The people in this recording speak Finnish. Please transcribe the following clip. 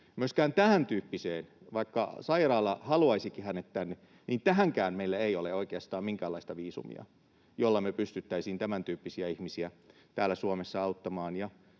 myöskään tämäntyyppiseen, vaikka sairaala haluaisikin hänet tänne, meillä ei ole oikeastaan minkäänlaista viisumia, jolla me pystyttäisiin tämäntyyppisiä ihmisiä täällä Suomessa auttamaan.